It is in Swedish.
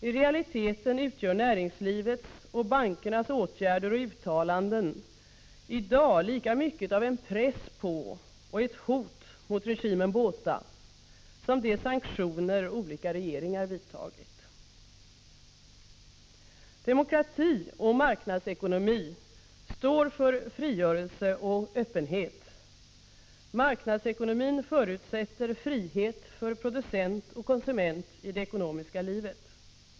Trealiteten utgör näringslivets och bankernas åtgärder och uttalanden i dag lika mycket av en press på och ett hot mot regimen Botha som de sanktioner som olika regeringar vidtagit. Demokrati och marknadsekonomi står för frigörelse och öppenhet. Marknadsekonomin förutsätter frihet för producent och konsument i det ekonomiska livet.